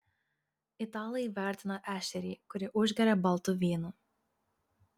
italai vertina ešerį kurį užgeria baltu vynu